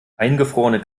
eingefrorene